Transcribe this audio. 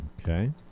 okay